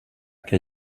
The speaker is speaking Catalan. què